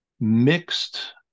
mixed